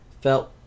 Felt